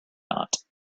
not